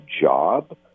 job